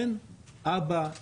אין אבא,